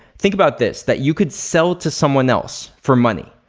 think about this, that you could sell to someone else for money.